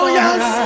yes